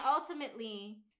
ultimately